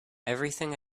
everything